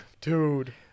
Dude